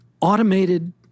automated